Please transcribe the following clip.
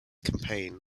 campaign